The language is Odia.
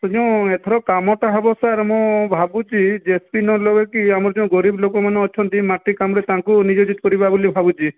ତେଣୁ ଏଥର କାମତ ହେବ ସାର୍ ମୁଁ ଭାବୁଛି ଜେସିବି ନ ଲଗେଇକି ଆମର ଯେଉଁ ଗରିବ ଲୋକମାନେ ଅଛନ୍ତି ମାଟି କାମରେ ତାଙ୍କୁ ନିୟୋଜିତ କରିବା ବୋଲି ଭାବୁଛି